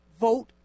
vote